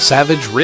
Savage